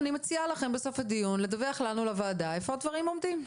אני מציעה לכם בסוף הדיון לדווח לוועדה איפה הדברים עומדים.